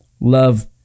love